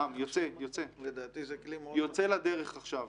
גם, יוצא לדרך עכשיו.